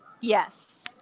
Yes